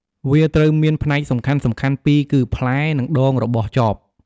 វាត្រូវមានផ្នែកសំខាន់ៗពីរគឺ ផ្លែនិងដងរបស់ចប។